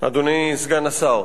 אדוני סגן השר.